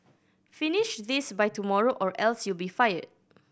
finish this by tomorrow or else you'll be fired